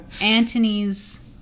Antony's